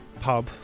pub